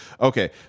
Okay